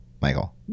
Michael